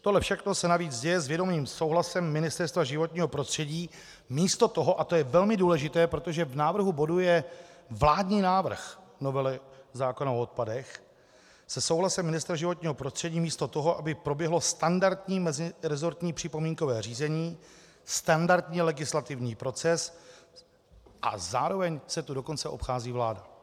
Tohle všechno se navíc děje s vědomým souhlasem Ministerstva životního prostředí místo toho, a to je velmi důležité, protože v návrhu bodu je vládní návrh novely zákona o odpadech, se souhlasem ministra životního prostředí místo toho, aby proběhlo standardní meziresortní připomínkové řízení, standardní legislativní proces, a zároveň se tu dokonce obchází vláda.